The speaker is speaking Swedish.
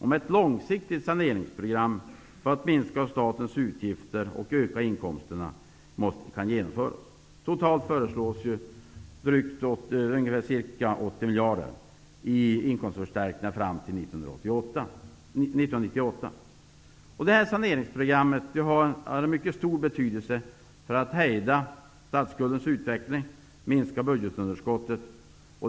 Det är vår förmåga att ta till vara och utveckla människors kunskap och kompetens som kommer att bli avgörande för landets konkurrenskraft. Nu investerar vi i kompetens och bättre konkurrenskraft. Den allvarligaste konsekvensen av dagens lågkonjunktur är utan tvivel den höga arbetslösheten.